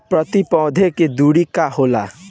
प्रति पौधे के दूरी का होला?